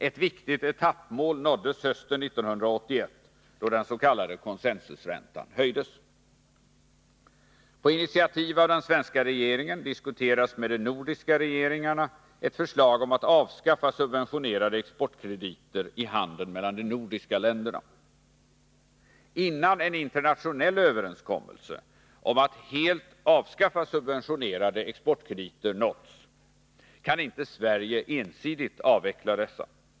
Ett viktigt etappmål nåddes hösten 1981, då den s.k. consensusräntan höjdes. På initiativ av den svenska regeringen diskuteras med de nordiska regeringarna ett förslag om att avskaffa subventionerade exportkrediter i handeln mellan de nordiska länderna. Innan en internationell överenskommelse om att helt avskaffa subventionerade exportkrediter nåtts, kan inte Sverige ensidigt avveckla dessa.